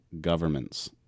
governments